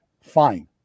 fine